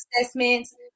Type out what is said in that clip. assessments